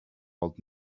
old